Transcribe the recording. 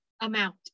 Amount